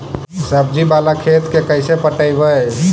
सब्जी बाला खेत के कैसे पटइबै?